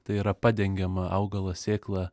tai yra padengiama augalo sėkla